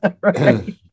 Right